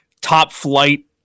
top-flight